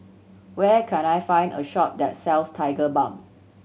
where can I find a shop that sells Tigerbalm